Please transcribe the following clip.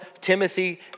Timothy